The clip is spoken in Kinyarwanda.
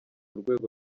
rwego